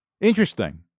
Interesting